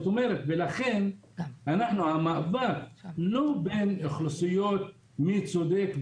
לכן המאבק הוא לא בשאלה מי צודק,